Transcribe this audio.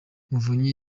muvunyi